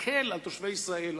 יקל על תושבי ישראל,